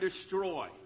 destroy